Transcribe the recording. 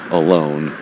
alone